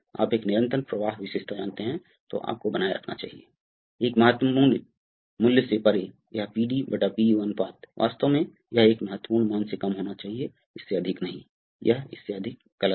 तो cylinder H नीचे आ रहा है वास्तव में यहां नेट बल वास्तव में नियंत्रित किया जा रहा है